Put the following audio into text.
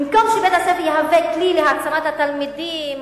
במקום שבית-הספר יהווה כלי להעצמת התלמידים,